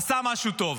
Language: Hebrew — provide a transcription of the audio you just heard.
עשה משהו טוב,